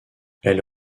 elle